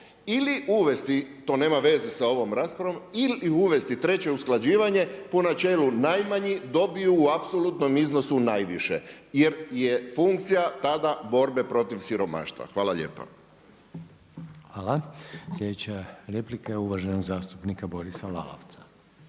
ili uvesti, to nema veze sa ovom raspravom, ili uvesti treće usklađivanje po načelu najmanji dobiju u apsolutnom iznosu najviše jer je funkcija tada borbe protiv siromaštva. Hvala lijepa. **Reiner, Željko (HDZ)** Hvala. Sljedeća replika je uvaženog zastupnika Borisa Lalovca.